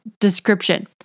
description